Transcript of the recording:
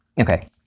Okay